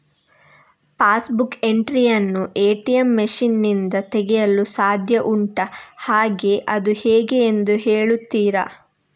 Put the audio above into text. Pass book entry ಯನ್ನು ATM machine ನಿಂದ ತೆಗೆಯಲು ಸಾಧ್ಯ ಉಂಟಾ ಹಾಗೆ ಅದು ಹೇಗೆ ಎಂದು ಹೇಳುತ್ತೀರಾ?